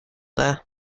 there